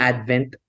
Advent